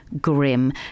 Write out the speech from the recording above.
grim